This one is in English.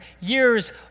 years